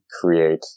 create